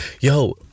Yo